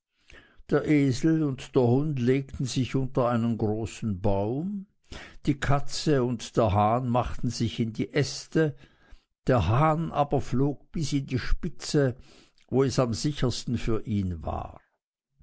der esel und der hund legten sich unter einen großen baum die katze und der hahn machten sich in die äste der hahn aber flog bis in die spitze wo es am sichersten für ihn war